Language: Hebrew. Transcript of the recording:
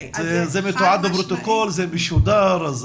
זה מתועד בפרוטוקול, זה משודר.